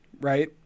Right